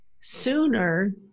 sooner